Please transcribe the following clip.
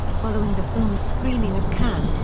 following the film's screening at cannes,